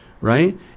Right